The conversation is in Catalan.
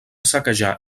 saquejar